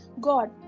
God